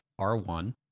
R1